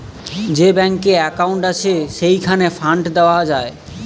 যে ব্যাংকে একউন্ট আছে, সেইখানে ফান্ড দেওয়া যায়